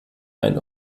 einen